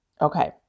Okay